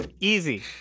Easy